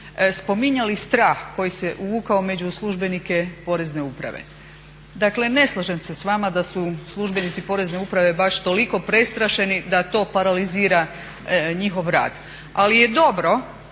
spominjali strah koji se uvukao među službenike Porezne uprave. Dakle ne slažem se s vama da su službenici Porezne uprave baš toliko prestrašeni da to paralizira njihov rad, ali je dobro